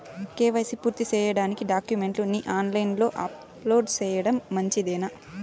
KYC పూర్తి సేయడానికి డాక్యుమెంట్లు ని ఆన్ లైను లో అప్లోడ్ సేయడం మంచిదేనా?